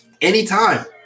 anytime